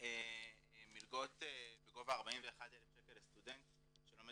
מלגות בגובה 41,000 שקל לסטודנט שלומד